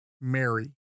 Mary